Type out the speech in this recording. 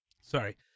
Sorry